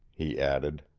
he added.